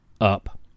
up